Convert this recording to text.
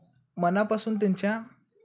मनापासून त्यांच्या